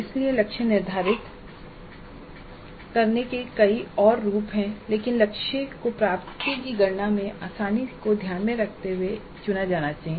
इसलिए लक्ष्य निर्धारित करने के कई और रूप हैं लेकिन लक्ष्य को प्राप्ति की गणना में आसानी को ध्यान में रखते हुए चुना जाना चाहिए